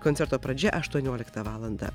koncerto pradžia aštuonioliktą valandą